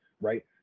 right